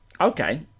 Okay